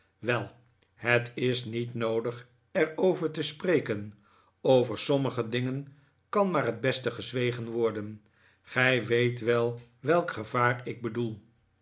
wel het is niet noodig er over te spreken over sommige dingen kan maar t best gezwegen worden gij weet wel welk gevaar ik bedoel